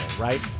right